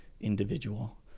individual